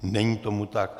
Není tomu tak.